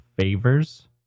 favors